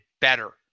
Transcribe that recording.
better